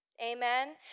Amen